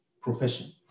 profession